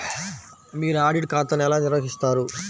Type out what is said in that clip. మీరు ఆడిట్ ఖాతాను ఎలా నిర్వహిస్తారు?